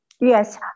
Yes